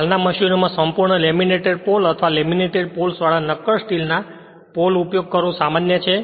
હાલના મશીનોમાં સંપૂર્ણ લેમિનેટેડ પોલ અથવા લેમિનેટેડ પોલ્સ વાળા નક્કર સ્ટીલના પોલ ઉપયોગ કરવો સામાન્ય છે